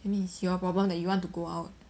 I mean it's your problem that you want to go out